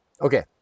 Okay